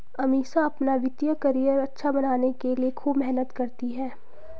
अमीषा अपना वित्तीय करियर अच्छा बनाने के लिए खूब मेहनत करती है